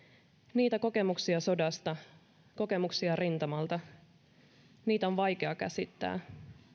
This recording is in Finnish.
niitä kokemuksia sodasta kokemuksia rintamalta niitä on vaikea käsittää